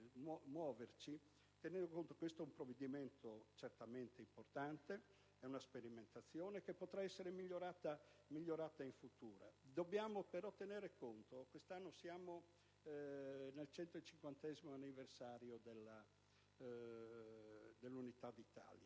tenendo conto che questo è un provvedimento certamente importante, una sperimentazione, che potrà essere migliorato in futuro. Bisogna però tenere conto di una cosa. Quest'anno ricorre il 150º anniversario dell'Unità d'Italia,